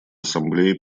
ассамблеи